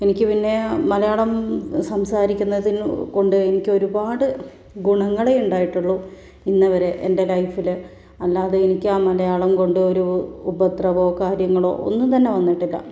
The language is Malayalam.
എനിക്ക് പിന്നേ മലയാളം സംസാരിക്കുന്നതിന് കൊണ്ട് എനിക്കൊരുപാട് ഗുണങ്ങളേ ഉണ്ടായിട്ടുള്ളൂ ഇന്ന് വരെ എൻ്റെ ലൈഫില് അല്ലാതെ എനിക്ക് മലയാളം കൊണ്ട് ഒരു ഉപദ്രവമോ കാര്യങ്ങളോ ഒന്നും തന്നെ വന്നിട്ടില്ല